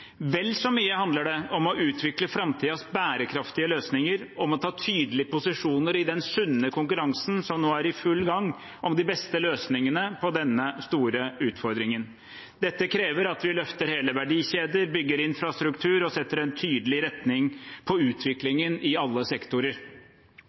Vel så mye handler det om å utvikle framtidens bærekraftige løsninger og om å ta tydelige posisjoner i den sunne konkurransen som nå er i full gang om de beste løsningene på denne store utfordringen. Dette krever at vi løfter hele verdikjeder, bygger infrastruktur og setter en tydelig retning på